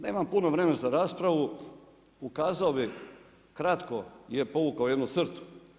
Nemam puno vremena za raspravu, ukazao bi kratko bi povukao jednu crtu.